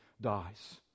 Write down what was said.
dies